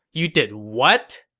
you did what!